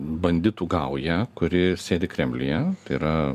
banditų gaują kuri sėdi kremliuje yra